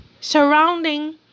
surrounding